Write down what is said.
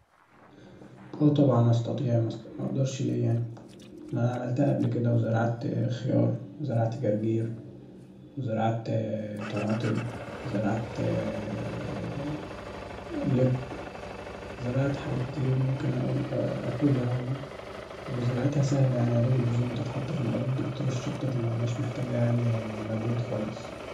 اه طبعا استطيع، مقدرش ليه يعني ما انا املتها قبل كدا وزرعت خيار وزرعت جرجير وزرعت طماطم وزرعت لب، زرعت حاجات كتير ممكن آكلها وحاجات زراعتها سهله، يادوب البذور بتتحط ف الأرض بترش بتطلع مهياش يعني محتاجه مجهود خالص